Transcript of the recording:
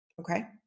Okay